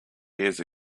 years